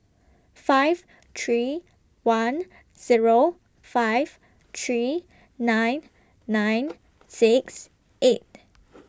five three one Zero five three nine nine six eight